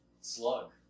slug